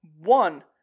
One